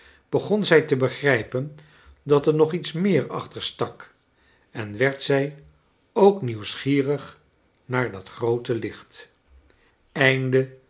begon zij te begrijpen dat er nog iets meer achter stak en werd zij ook nieuwsgierig naar dat groote licht